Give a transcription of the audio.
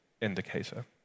indicator